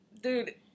Dude